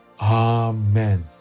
Amen